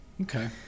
Okay